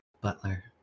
Butler